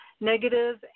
negative